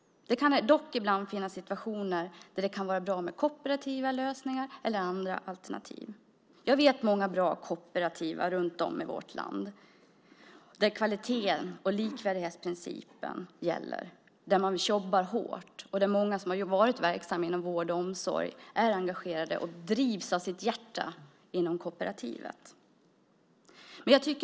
Det kan dock ibland finnas situationer där det kan vara bra med kooperativa lösningar eller andra alternativ. Jag vet många bra kooperativa verksamheter runt om i vårt land. Där gäller kvalitet och likvärdighetsprincipen, och man jobbar hårt. Många som har varit verksamma inom vård och omsorg är engagerade och drivs av sitt hjärta inom kooperativet.